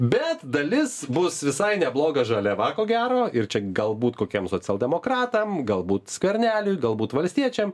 bet dalis bus visai nebloga žaliava ko gero ir čia galbūt kokiem socialdemokratam galbūt skverneliui galbūt valstiečiam